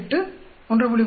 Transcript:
3328 1